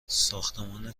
ساختمان